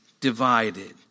divided